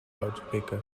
loudspeaker